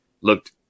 looked